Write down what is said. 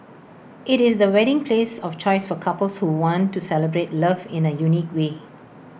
IT is the wedding place of choice for couples who want to celebrate love in A unique way